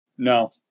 No